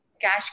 cash